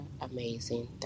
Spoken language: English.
amazing